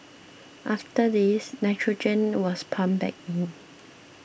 after this nitrogen was pumped back in